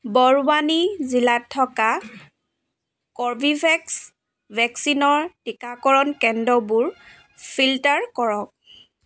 বৰৱানী জিলাত থকা কৰ্বীভেক্স ভেকচিনৰ টীকাকৰণ কেন্দ্ৰবোৰ ফিল্টাৰ কৰক